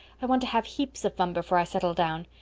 i want to have heaps of fun before i settle down.